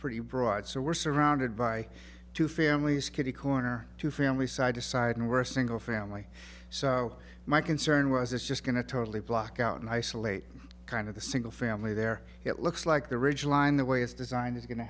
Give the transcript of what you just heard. pretty broad so we're surrounded by two families kitty corner to family side to side and we're a single family so my concern was is just going to totally block out and isolate kind of the single family there it looks like the ridge line the way it's designed is going to